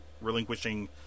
relinquishing